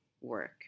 work